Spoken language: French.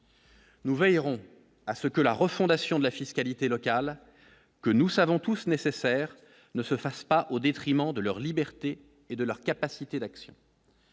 Nous veillerons à ce que la refondation de la fiscalité locale que nous savons tous nécessaire ne se fasse pas au détriment de leur liberté et de leur capacité d'action.